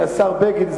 מהשר בגין,